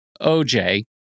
OJ